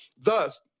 Thus